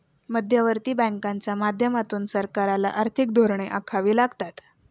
मध्यवर्ती बँकांच्या माध्यमातून सरकारला आर्थिक धोरणे आखावी लागतात